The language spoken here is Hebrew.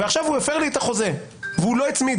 ואם עכשיו הוא הפר לי את החוזה והוא לא הצמיד,